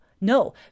no